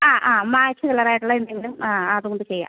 ആ ആ മാച്ച് കളറായിട്ടുള്ള എന്തെങ്കിലും ആ അതുകൊണ്ട് ചെയ്യാൻ